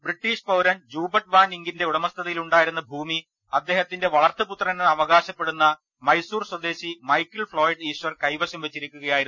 British പൌരൻ Joubert വാൻഇംഗിന്റെ ഉടമസ്ഥതയിലുണ്ടായിരുന്ന ഭൂമി അദ്ദേഹത്തിന്റെ വളർത്തു പുത്രൻ എന്ന് അവകാശപ്പെടുന്ന മൈസൂർ സ്വദേശി മൈക്കിൾ ഫ്ളോയിഡ് ഈശ്വർ കൈവശം വെച്ചിരിക്കുകയായിരുന്നു